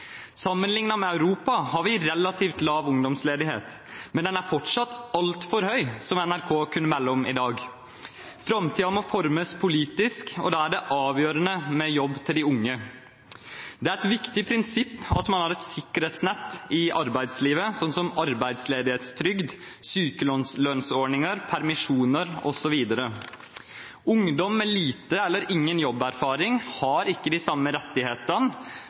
med Europa har vi relativt lav ungdomsledighet, men den er fortsatt altfor høy, som NRK kunne melde om i dag. Framtiden må formes politisk, og da er det avgjørende med jobb til de unge. Det er et viktig prinsipp at man har et sikkerhetsnett i arbeidslivet, sånn som arbeidsledighetstrygd, sykelønnsordninger, permisjoner osv. Ungdom med liten eller ingen jobberfaring har ikke de samme rettighetene,